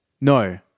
No